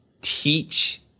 teach